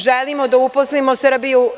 Želimo da uposlimo Srbiju.